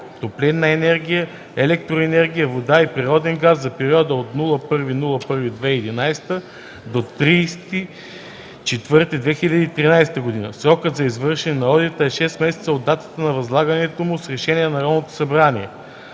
топлинна енергия, електроенергия, вода и природен газ за периода от 1 януари 2011 г. до 30 април 2013 г. 2. Срокът за извършване на одита е шест месеца от датата на възлагането му с решение на Народното събрание.